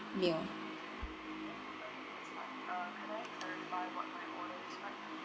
meal